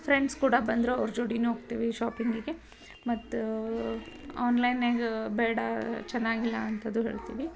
friends ಕೂಡ ಬಂದರೂ ಅವ್ರ ಜೋಡಿಯೂ ಹೋಗ್ತಿವಿ ಶಾಪಿಂಗಿಗೆ ಮತ್ತು ಆನ್ಲೈನ್ನ್ಯಾಗ ಬೇಡ ಚೆನ್ನಾಗಿಲ್ಲ ಅಂತಂದು ಹೇಳ್ತೀವಿ